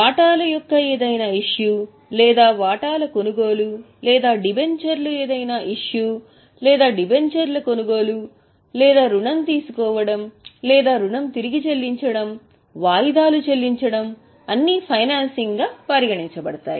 వాటాల యొక్క ఏదైనా ఇష్యూ లేదా వాటాల కొనుగోలు లేదా డిబెంచర్ల ఏదైనా ఇష్యూ లేదా డిబెంచర్ల కొనుగోలు లేదా రుణం తీసుకోవడం లేదా రుణం తిరిగి చెల్లించడం వాయిదాలు చెల్లించడం అన్నీ ఫైనాన్సింగ్గా పరిగణించబడతాయి